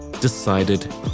decided